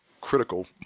critical